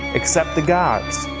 except the gods.